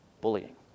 bullying